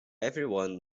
everyone